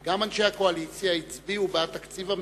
גם אנשי הקואליציה הצביעו בעד תקציב המדינה,